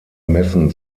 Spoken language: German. messen